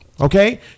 Okay